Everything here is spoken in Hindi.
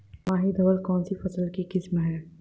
माही धवल कौनसी फसल की किस्म है?